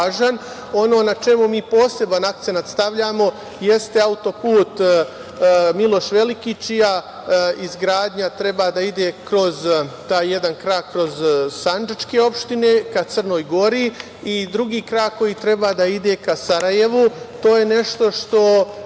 na čemu mi poseban akcenat stavljamo jeste autoput Miloš Veliki, čija izgradnja treba da ide kroz sandžačke opštine ka Crnoj Gori i drugi krak koji treba da ide ka Sarajevu.